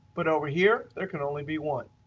but over here there can only be one.